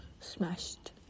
smashed